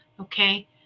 Okay